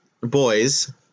boys